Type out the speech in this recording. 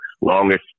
longest